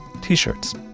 t-shirts